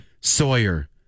Sawyer